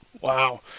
wow